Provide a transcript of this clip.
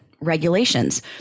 regulations